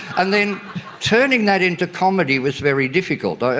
and then turning that into comedy was very difficult.